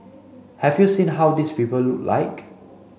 have you seen how these people look like